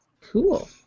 Cool